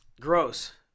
Gross